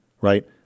right